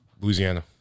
Louisiana